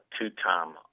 two-time